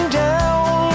down